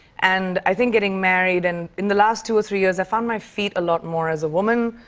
and i think getting married, and in the last two or three years, i found my feet a lot more as a woman,